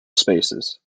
spaces